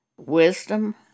Wisdom